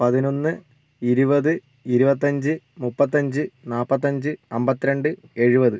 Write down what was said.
പതിനൊന്ന് ഇരുപത് ഇരുപത്തഞ്ച് മുപ്പത്തഞ്ച് നാൽപത്തഞ്ച് അമ്പത്തിരണ്ട് എഴുപത്